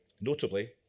Notably